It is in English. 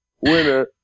winner